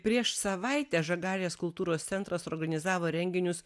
prieš savaitę žagarės kultūros centras organizavo renginius